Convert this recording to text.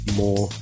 more